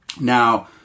Now